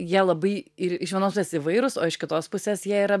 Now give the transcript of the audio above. jie labai ir iš vienos pusės įvairūs o iš kitos pusės jie yra